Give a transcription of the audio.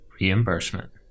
reimbursement